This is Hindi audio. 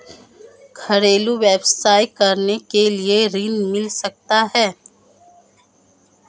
घरेलू व्यवसाय करने के लिए ऋण मिल सकता है?